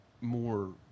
more